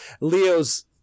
leo's